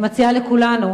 אני מציעה לכולנו